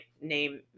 name